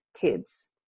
kids